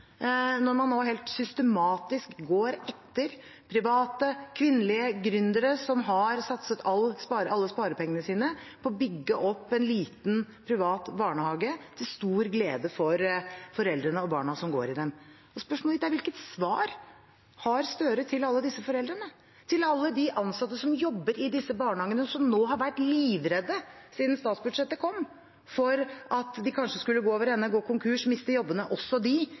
når man nå helt systematisk går etter private, kvinnelige gründere som har satset alle sparepengene sine på å bygge opp en liten privat barnehage til stor glede for foreldrene og for barna som går i den. Spørsmålet mitt er hvilket svar Gahr Støre har til alle disse foreldrene, til alle de ansatte som jobber i disse barnehagene, og som nå har vært livredde siden statsbudsjettet kom, for at de kanskje skulle gå over ende, gå konkurs, og at de skulle miste jobbene – også de